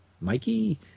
mikey